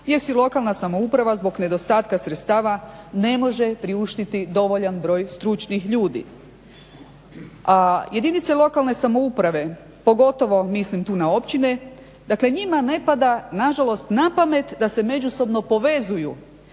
si lokalna samouprava zbog nedostatka sredstava ne može priuštiti dovoljan broj stručnih ljudi. Jedinica lokalne samouprave, pogotovo mislim tu na općine, dakle njima ne pada nažalost napamet da se međusobno povezuju